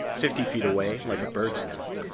fifty feet away, like a bird's nest,